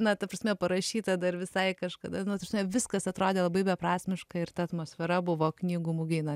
na ta prasme parašyta dar visai kažkada nu ta prasme viskas atrodė labai beprasmiška ir ta atmosfera buvo knygų mugei na